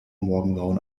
morgengrauen